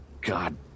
God